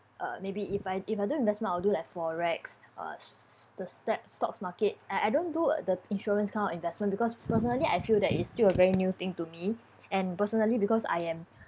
uh maybe if I if I do investment I'll do like forex uh s~ s~ the step stocks markets uh I don't do the insurance cum investment because personally I feel that it's still a very new thing to me and personally because I am